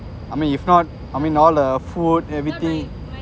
I mean if not I mean all the food everything